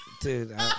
Dude